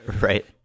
Right